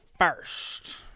First